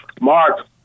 Mark